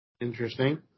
Interesting